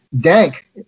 dank